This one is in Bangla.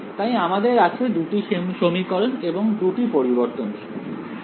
তাই আমাদের আছে দুটি সমীকরণ এবং দুটি পরিবর্তনশীল